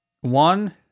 One